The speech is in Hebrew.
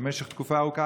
במשך תקופה ארוכה,